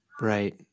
Right